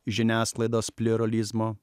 žiniasklaidos pliuralizmo